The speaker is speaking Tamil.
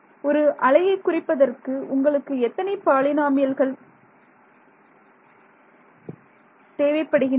ஒரு அலையை குறிப்பதற்கு உங்களுக்கு எத்தனை பாலினாமியல்கள் தேவைப்படுகின்றன